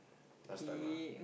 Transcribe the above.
last time ah